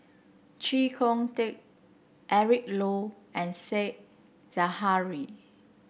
Chee Kong Tet Eric Low and Said Zahari